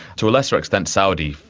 to a lesser extent saudi,